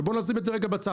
אבל בואו נשים את זה רגע בצד.